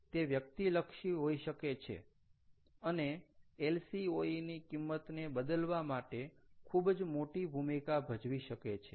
તે વ્યક્તિલક્ષી હોઈ શકે છે અને LCOE ની કિંમતને બદલવા માટે ખૂબ જ મોટી ભૂમિકા ભજવી શકે છે